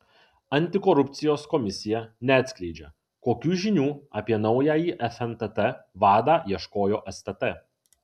antikorupcijos komisija neatskleidžia kokių žinių apie naująjį fntt vadą ieškojo stt